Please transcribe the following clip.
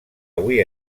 avui